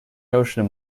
notion